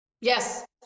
Yes